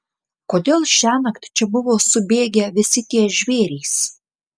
kodėl šiąnakt čia buvo subėgę visi tie žvėrys